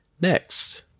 Next